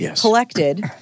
collected